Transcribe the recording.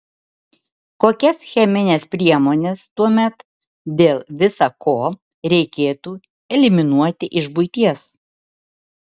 kokias chemines priemones tuomet dėl visa ko reikėtų eliminuoti iš buities